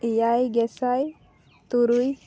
ᱮᱭᱟᱭ ᱜᱮᱥᱟᱭ ᱛᱩᱨᱩᱭ